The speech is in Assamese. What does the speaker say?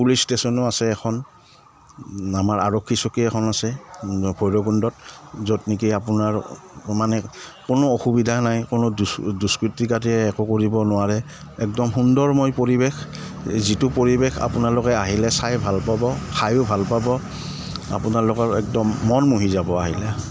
পুলিচ ষ্টেচনো আছে এখন আমাৰ আৰক্ষী চকী এখন আছে ভৈৰৱকুণ্ডত য'ত নেকি আপোনাৰ মানে কোনো অসুবিধা নাই কোনো দুস্কৃতিকাৰীয়ে একো কৰিব নোৱাৰে একদম সুন্দৰময় পৰিৱেশ যিটো পৰিৱেশ আপোনালোকে আহিলে চাই ভাল পাব খাইয়ো ভাল পাব আপোনালোকৰ একদম মন মুহি যাব আহিলে